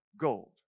gold